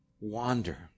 wander